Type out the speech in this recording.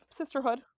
sisterhood